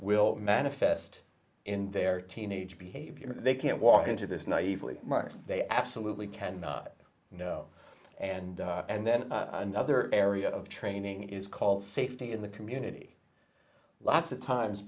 will manifest in their teenage behavior they can't walk into this naively mark they absolutely can no and and then another area of training is called safety in the community lots of times